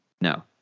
No